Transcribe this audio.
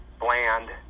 bland